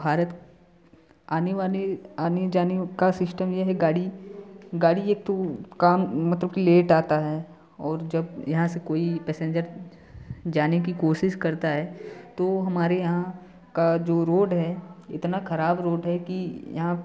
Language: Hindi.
भारत आने वाले आने जाने का सिस्टम यह है गाड़ी गाड़ी एक तो वो काम मतलब की लेट आता है और जब यहाँ से कोई पैसेंजर जाने की कोशिश करता है तो वो हमारे यहाँ का जो रोड है इतना खराब रोड है कि यहाँ